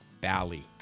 Bali